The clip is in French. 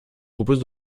propose